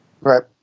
Right